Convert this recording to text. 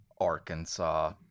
arkansas